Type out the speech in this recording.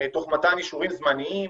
תוך מתן אישורים זמניים